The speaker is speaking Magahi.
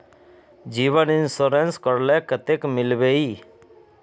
जीवन इंश्योरेंस करले कतेक मिलबे ई?